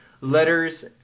letters